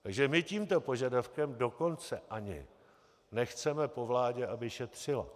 Takže my tímto požadavkem dokonce ani nechceme po vládě, aby šetřila.